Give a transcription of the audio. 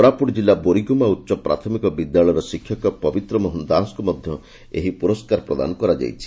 କୋରାପୁଟ୍ ଜିଲ୍ଲୁ ବୋରିଗୁମା ଉଚ୍ଚ ପ୍ରାଥମିକ ବିଦ୍ୟାଳୟର ଶିକ୍ଷକ ପବିତ୍ର ମୋହନ ଦାସଙ୍କୁ ମଧ୍ଧ ଏହି ପୁରସ୍କାର ପ୍ରଦାନ କରାଯାଇଛି